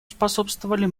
способствовали